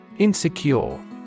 Insecure